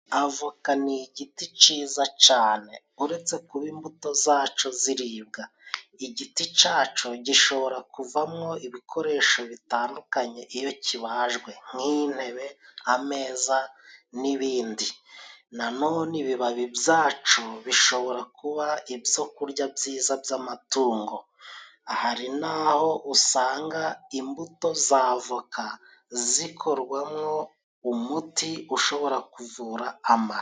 Avoka ni igiti ciza cane! Uretse kuba imbuto zaco ziribwa, igiti caco gishobora kuva mwo ibikoresho bitandukanye iyo kibajwe. Nk'intebe ,ameza, n'ibindi ...Nanone ibibabi byaco bishobora kuba ibyo kurya byiza by'amatungo .Hari n'aho usanga imbuto za avoka zikorwa mwo umuti ushobora kuzura amara.